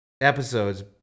episodes